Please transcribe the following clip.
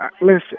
listen